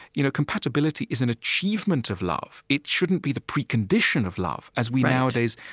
you know compatibility is an achievement of love. it shouldn't be the precondition of love as we nowadays,